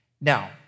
Now